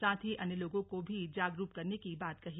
साथ ही अन्य लोगों को भी जागरूक करने की बात कही